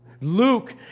Luke